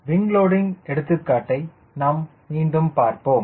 wing loading எடுத்துக்காட்டை நாம் மீண்டும் பார்ப்போம்